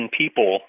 people